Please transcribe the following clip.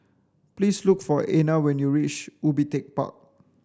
please look for Ana when you reach Ubi Tech Park